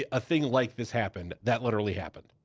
ah a thing like this happened. that literally happened.